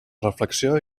reflexió